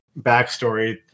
backstory